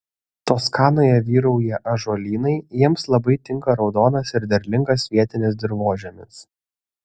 toskanoje vyrauja ąžuolynai jiems labai tinka raudonas ir derlingas vietinis dirvožemis